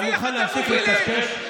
אתה מוכן להפסיק לקשקש?